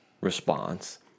response